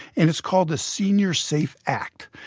and it's called the seniors safe act.